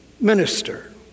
minister